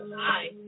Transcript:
Hi